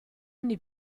anni